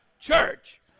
church